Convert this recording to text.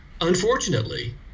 Unfortunately